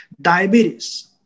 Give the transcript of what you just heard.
diabetes